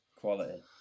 quality